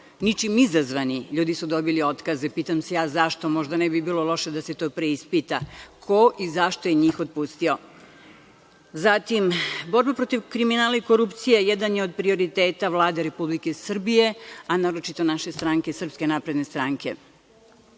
ničim izazvani ljudi su dobili otkaze. Pitam se ja zašto, možda ne bi bilo loše da se to preispita, ko i zašto je njih otpustio. Zatim, borba protiv kriminala i korupcije jedan je od prioriteta Vlade Republike Srbije, a naročito naše stranke, SNS.Idemo sad